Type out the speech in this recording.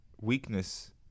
Weakness